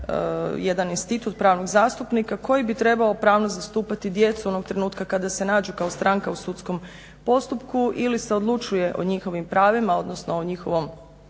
jedan institut pravnog zastupnika, koji bi trebao pravno zastupati djecu onog trenutka kada se nađu kao stranka u sudskom postupku ili se odlučuje o njihovim pravima, odnosno o njihovom